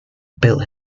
built